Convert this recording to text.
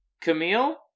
Camille